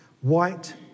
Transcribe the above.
white